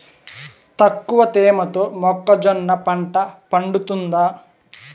తక్కువ తేమతో మొక్కజొన్న పంట పండుతుందా?